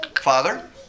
Father